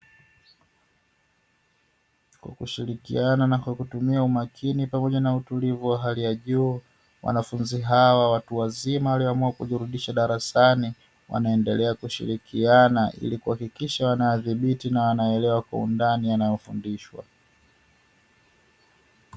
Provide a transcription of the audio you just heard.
Kwa kushirikiana na kwa kutumia umakini pamoja na utulivu wa hali ya juu, wanafunzi hawa watu wazima walioamua kujirudisha darasani, wanaendelea kushirikiana ili kuhakikisha wanayadhibiti na wanayaelewa kwa undani yanayofundishwa.